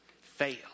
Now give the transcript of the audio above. fail